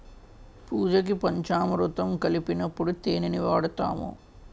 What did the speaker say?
పూజకి పంచామురుతం కలిపినప్పుడు తేనిని వాడుతాము